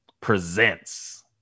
presents